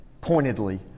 pointedly